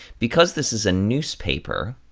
because this is a newspaper,